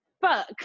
fuck